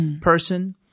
person